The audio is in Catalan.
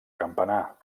campanar